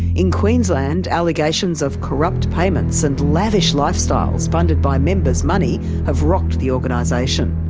in queensland allegations of corrupt payments and lavish lifestyles funded by members' money have rocked the organisation.